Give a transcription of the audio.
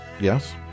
yes